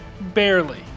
Barely